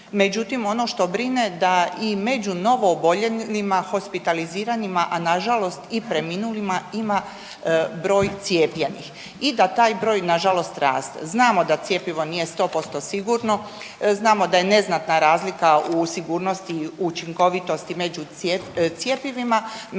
međutim ono što brine da i među novo oboljelima, hospitaliziranima, a nažalost i preminulima ima broj cijepljenih i da taj broj nažalost raste. Znamo da cjepivo nije 100% sigurno, znamo da je neznatna razlika u sigurnosti i učinkovitosti među cjepivima,